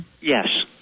yes